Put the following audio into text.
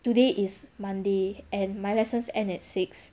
today is monday and my lessons end at six